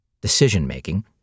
decision-making